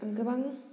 गोबां